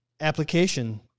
application